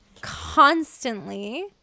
constantly